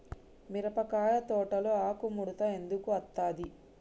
మిరపకాయ తోటలో ఆకు ముడత ఎందుకు అత్తది?